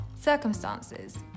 circumstances